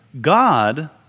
God